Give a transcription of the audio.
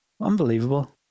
unbelievable